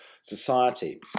society